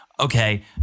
Okay